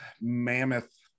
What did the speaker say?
mammoth